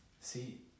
See